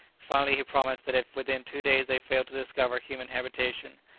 finally he promised that if within two days they failed to discover human habitation,